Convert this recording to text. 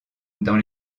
dans